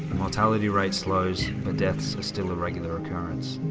mortality rate slows, but deaths are still a regular occurrence.